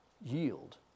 yield